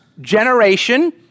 generation